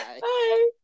Bye